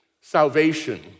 salvation